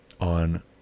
on